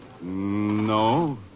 No